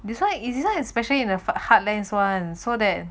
that's why is this long especially in the heartlands [one] so that